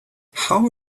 how